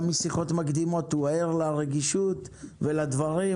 גם בשיחות מקדימות הוא היה ער לרגישות ולדברים.